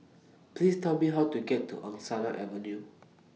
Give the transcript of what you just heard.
Please Tell Me How to get to Angsana Avenue